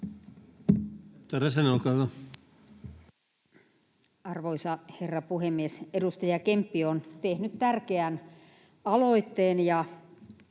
Arvoisa herra puhemies! Edustaja Kemppi on tehnyt tärkeän aloitteen,